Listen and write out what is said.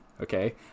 okay